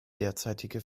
derzeitige